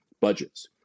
budgets